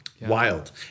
Wild